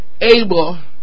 Able